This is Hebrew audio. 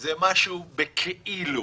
זה משהו בכאילו,